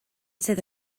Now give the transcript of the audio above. sydd